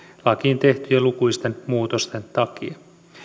lakiin tehtyjen lukuisten muutosten takia